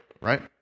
Right